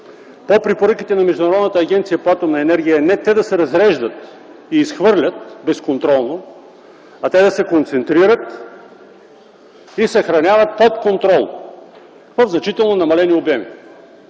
по препоръките на Международната агенция по атомна енергия е не те да се разреждат и изхвърлят безконтролно, а да се концентрират и съхраняват под контрол в значително намалени обеми.